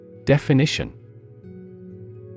Definition